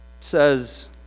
says